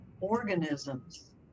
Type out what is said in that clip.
organisms